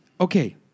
Okay